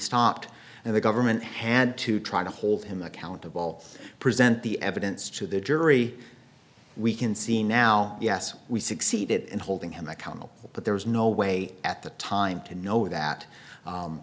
stopped and the government had to try to hold him accountable present the evidence to the jury we can see now yes we succeeded in holding him accountable but there was no way at the time to know that